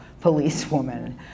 policewoman